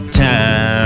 time